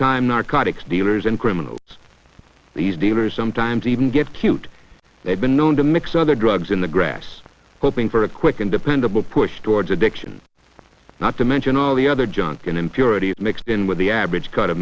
time narcotics dealers and criminals these dealers sometimes even get cute they've been known to mix other drugs in the grass hoping for a quick and dependable push towards addiction not to mention all the other junk and impurities mixed in with the average cut